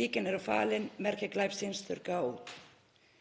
Líkin eru falin, merki glæpsins þurrkuð út.